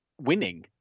winning